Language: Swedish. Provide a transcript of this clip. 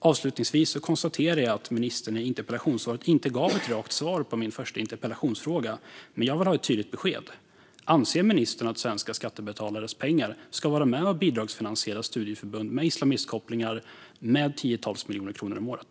Avslutningsvis konstaterar jag att ministern i interpellationssvaret inte gav ett rakt svar på min första interpellationsfråga. Men jag vill ha ett tydligt besked. Anser ministern att svenska skattebetalares pengar ska bidragsfinansiera studieförbund med islamistkopplingar med tiotals miljoner kronor om året?